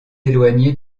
éloignée